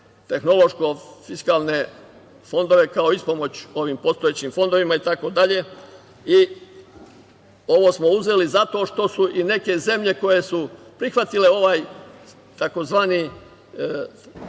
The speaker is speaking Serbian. tehnološko-fiskalne fondove kao ispomoć ovim postojećim fondovima itd. Ovo smo uzeli zato što su neke zemlje koje su prihvatile ovaj tzv.